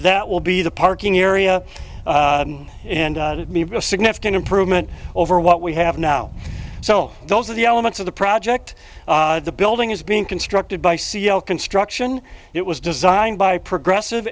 that will be the parking area and a significant improvement over what we have now so those are the elements of the project the building is being constructed by cel construction it was designed by progressive